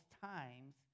times